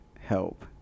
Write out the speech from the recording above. help